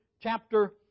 chapter